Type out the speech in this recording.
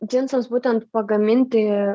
džinsams būtent pagaminti